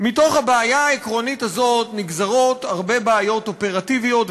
מתוך הבעיה העקרונית הזאת נגזרות הרבה בעיות אופרטיביות,